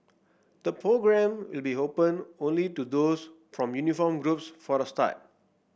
the programme will be open only to those from uniformed groups for a start